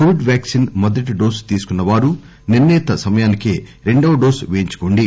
Covid vaccine మొదటి dose తీసుకున్న వారు నిర్ణిత సమయానికే రెండవ డోసు పేయించుకోండి